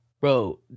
bro